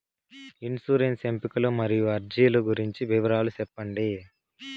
insurance ఎంపికలు మరియు అర్జీల గురించి వివరాలు సెప్పండి